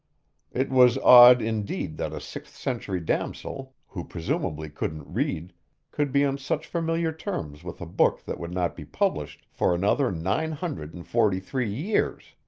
it was odd indeed that a sixth-century damosel who presumably couldn't read could be on such familiar terms with a book that would not be published for another nine hundred and forty-three years.